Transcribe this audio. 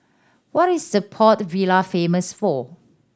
what is the Port Vila famous for